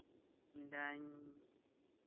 ᱢᱮᱱᱫᱟᱹᱧ